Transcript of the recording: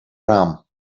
raam